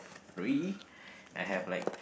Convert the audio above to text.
three I have like